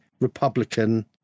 republican